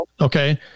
Okay